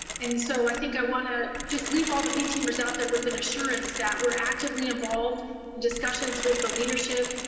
and so i think i want to leave all the v teamers out there with an assurance that we're actively involved in discussions with the leadership.